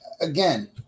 again